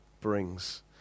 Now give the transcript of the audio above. brings